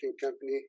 company